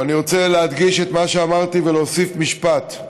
ואני רוצה להדגיש את מה שאמרתי ולהוסיף משפט.